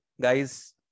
guys